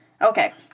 Okay